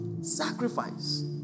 sacrifice